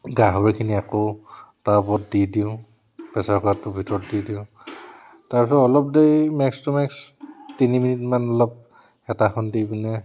গাহৰিখিনি আকৌ তাৰ ওপৰত দি দিওঁ পেচাৰ কুকাৰটোৰ ভিতৰত দি দিওঁ তাৰপাছত অলপ দেৰি মেক্স টু মেক্স তিনি মিনিটমান অলপ হেতাখন দি পিনে